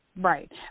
Right